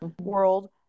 world